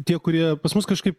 tie kurie pas mus kažkaip